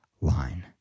line